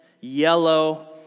yellow